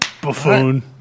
Buffoon